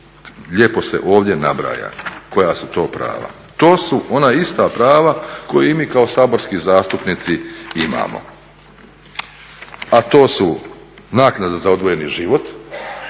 lijepo se ovdje nabraja koja su to prava. To su ona ista prava koja i mi kao saborski zastupnici imamo. A to su naknada za odvojeni život,